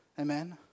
Amen